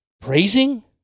praising